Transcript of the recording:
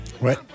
ouais